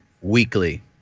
Weekly